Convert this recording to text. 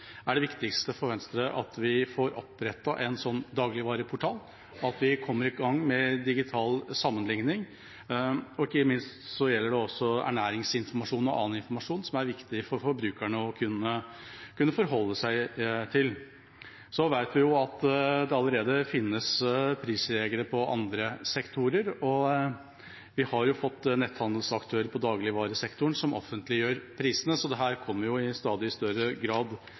det viktigste for Venstre er at vi får opprettet en slik dagligvareportal, og at vi kommer i gang med digital sammenligning. Ikke minst gjelder dette også ernæringsinformasjon og annen informasjon som det er viktig for forbrukerne å kunne forholde seg til. Vi vet at det allerede finnes prisjegere i andre sektorer, og vi har fått netthandelsaktører i dagligvaresektoren som offentliggjør prisene, så dette kommer i stadig større grad